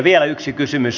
vielä yksi kysymys